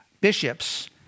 bishops